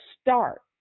start